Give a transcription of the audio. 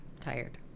Tired